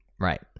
right